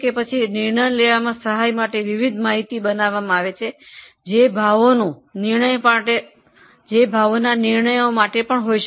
પછી નિર્ણય લેવા માટે વિવિધ માહિતી બનાવવામાં આવે છે જે કિંમતના નિર્ણયો માટે મદદગાર છે